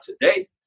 today